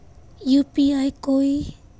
UPI कोई